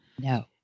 No